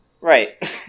Right